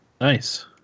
nice